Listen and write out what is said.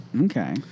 Okay